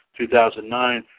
2009